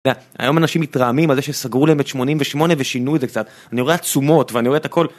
היום אנשים מתרעמים על זה שסגרו להם את 88 ושינו את זה קצת, אני רואה עצומות ואני רואה את הכל